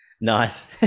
nice